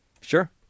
sure